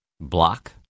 block